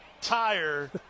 tire